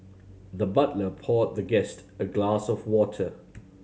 the butler poured the guest a glass of water